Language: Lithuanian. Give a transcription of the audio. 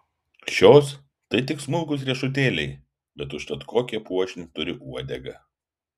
šios tai tik smulkūs riešutėliai bet užtat kokią puošnią turi uodegą